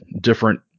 different